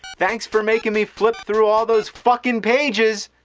thanks for making me flip through all those fucking pages!